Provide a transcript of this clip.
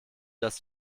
dass